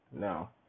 Now